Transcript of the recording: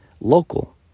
local